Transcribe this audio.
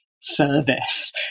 service